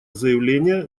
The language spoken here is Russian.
заявления